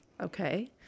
Okay